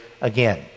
again